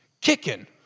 kicking